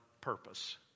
purpose